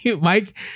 Mike